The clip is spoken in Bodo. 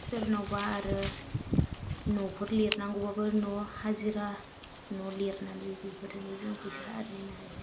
सोरनावबा आरो न'फोर लिरनांगौबाबो न' हाजिरा न' लिरनानै बेफोरजोंबो जों फैसा आरजिनो हायो